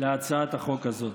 להצעת החוק הזאת.